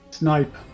Snipe